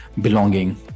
belonging